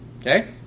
okay